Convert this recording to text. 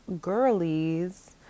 girlies